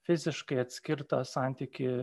fiziškai atskirtą santykį